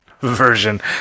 version